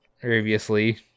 Previously